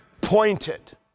pointed